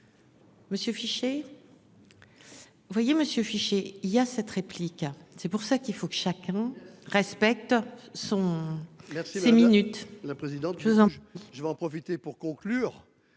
Monsieur fiché. Il y a cette réplique c'est pour ça qu'il faut que chacun respecte son le ces minutes.